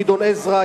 גדעון עזרא,